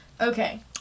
Okay